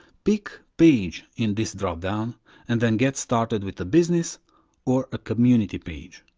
pick page in this drop-down and then get started with a business or a community page.